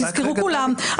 תזכרו כולם,